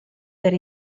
per